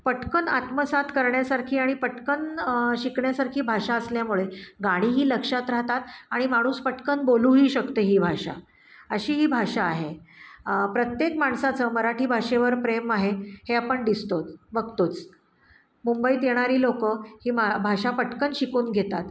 पटकन आत्मसात करण्यासारखी आणि पटकन शिकण्यासारखी भाषा असल्यामुळे गाणीही लक्षात राहतात आणि माणूस पटकन बोलूही शकते ही भाषा अशी ही भाषा आहे प्रत्येक माणसाचं मराठी भाषेवर प्रेम आहे हे आपण दिसतो बघतोच मुंबईत येणारी लोकं ही मा भाषा पटकन शिकून घेतात